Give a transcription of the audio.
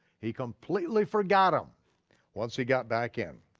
he completely forgot him once he got back in.